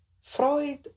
Freud